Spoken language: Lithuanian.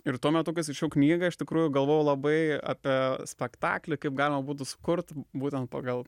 ir tuo metu kai skaičiau knygą iš tikrųjų galvojau labai apie spektaklį kaip galima būtų sukurt būtent pagal